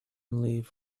leave